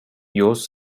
yours